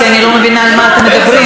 כי אני לא מבינה על מה אתם מדברים.